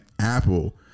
apple